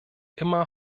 immer